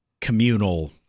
communal